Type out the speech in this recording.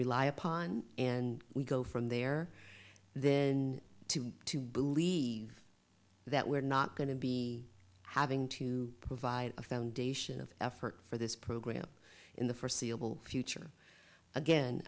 rely upon and we go from there then to to believe that we're not going to be having to provide a foundation of effort for this program in the forseeable future again